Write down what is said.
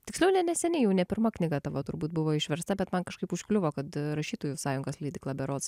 tiksliau ne neseniai jau ne pirma knyga tavo turbūt buvo išversta bet man kažkaip užkliuvo kad rašytojų sąjungos leidykla berods